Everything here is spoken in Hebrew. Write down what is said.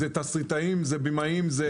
זה תסריטאים, בימאים ועוד.